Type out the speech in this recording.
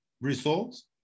results